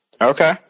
Okay